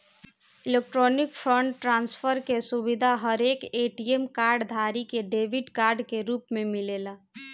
electronic fund transfer के सुविधा हरेक ए.टी.एम कार्ड धारी के डेबिट कार्ड के रूप में मिलेला